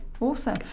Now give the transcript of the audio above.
Awesome